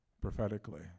prophetically